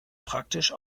praktisch